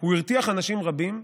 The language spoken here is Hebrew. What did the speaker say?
הוא הרתיח אנשים רבים,